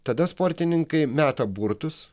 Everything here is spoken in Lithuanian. tada sportininkai meta burtus